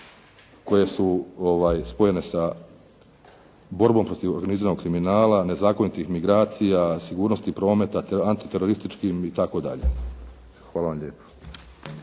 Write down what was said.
koje su spojene sa borbom protiv organiziranog kriminala, nezakonitih migracija, sigurnosti prometa, antiterorističkim itd. Hvala vam lijepo.